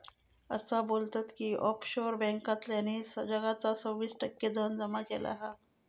असा बोलतत की ऑफशोअर बॅन्कांतल्यानी जगाचा सव्वीस टक्के धन जमा केला हा